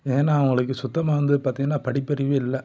ஏன்னா அவங்களுக்கு சுத்தமாக வந்து பார்த்திங்கன்னா படிப்பறிவே இல்லை